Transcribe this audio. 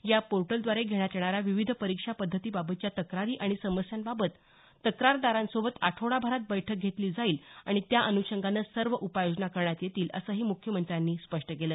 या पोर्टलद्वारे घेण्यात येणाऱ्या विविध परीक्षा पद्धतीबाबतच्या तक्रारी आणि समस्यांबाबत तक्रारदारांसोबत आठवडाभरात बैठक घेतलीं जाईल आणि त्या अन्षंगान सर्व उपाययोजना करण्यात येतील असंही मुख्यमंत्र्यांनी स्पष्ट केलं